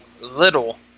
little